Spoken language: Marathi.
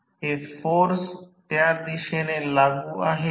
म्हणजेच हे व्होल्टेज V1 V2 आहे